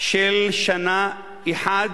של שנה אחת,